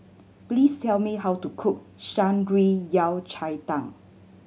please tell me how to cook Shan Rui Yao Cai Tang